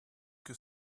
que